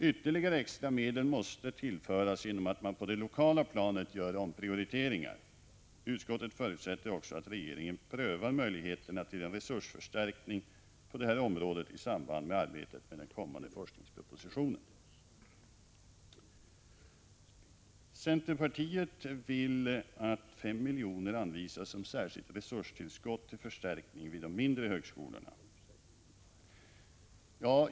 Ytterligare extra medel måste tillföras genom att man på det lokala planet gör omprioriteringar. Utskottet förutsätter också att regeringen prövar möjligheterna till en resursförstärkning på det här området i samband med arbetet med den kommande forskningspropositionen. Centerpartiet vill att 5 milj.kr. anvisas som ett särskilt resurstillskott för förstärkning vid de mindre högskolorna.